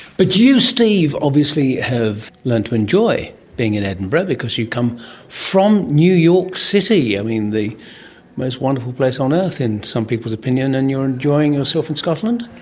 but you, steve, obviously have learnt to enjoy being in edinburgh because you've come from new york city, i mean, the most wonderful place on earth in some people's opinion. and you are enjoying yourself in scotland?